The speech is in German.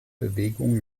bewegung